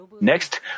Next